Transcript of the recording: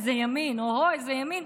איזה ימין,